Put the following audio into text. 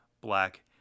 black